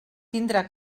tindrà